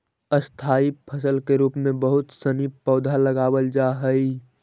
स्थाई फसल के रूप में बहुत सनी पौधा लगावल जा हई